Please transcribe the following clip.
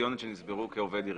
פנסיוניות שנסגרו כעובד עירייה.